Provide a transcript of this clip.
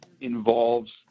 involves